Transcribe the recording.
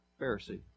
Pharisee